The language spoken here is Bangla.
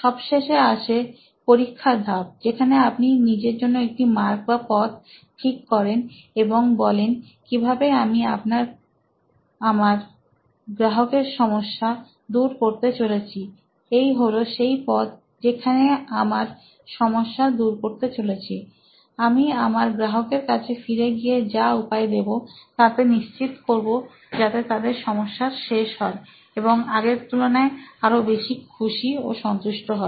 সবশেষে আসে পরীক্ষার ধাপ যেখানে আপনি নিজের জন্য একটি মার্গ বা পথ ঠিক করেন এবং বলেন কিভাবে আমি আমার গ্রাহকের সমস্যা দূর করতে চলেছি এই হল সেই পথ যেখানে আমার সমস্যা দূর করতে চলেছি আমি আমার গ্রাহকের কাছে ফিরে গিয়ে যা উপায় দেবো তাতে নিশ্চিত করবো যাতে তার সমস্যার শেষ হয় এবং আগের তুলনায় আরো বেশী খুশী ও সন্তুষ্ট হয়